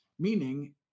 Meaning